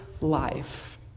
life